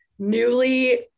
Newly